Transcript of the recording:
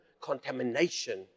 contamination